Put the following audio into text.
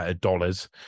dollars